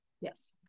yes